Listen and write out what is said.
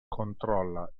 controlla